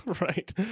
Right